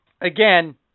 Again